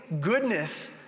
goodness